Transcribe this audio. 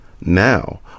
Now